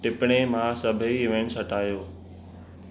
टिपणे मां सभई इवेंट्स हटायो